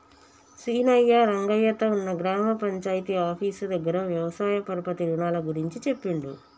సీనయ్య రంగయ్య తో ఉన్న గ్రామ పంచాయితీ ఆఫీసు దగ్గర వ్యవసాయ పరపతి రుణాల గురించి చెప్పిండు